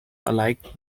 alike